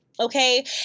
Okay